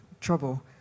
trouble